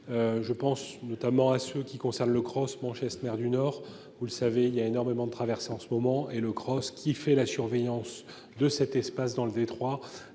Je pense notamment à ce qui concerne le cross mon est mer du Nord. Vous le savez, il y a énormément de traverser en ce moment et le cross qui fait la surveillance de cet espace dans le Detroit a